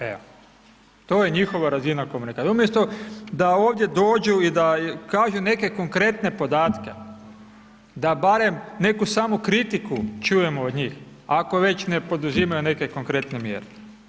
Evo, to je njihova razina komunikacije, umjesto da ovdje dođu i da kažu neke konkretne podatke, da barem neku samokritiku čujemo od njih, ako već ne poduzimaju neke konkretne mjere.